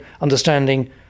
understanding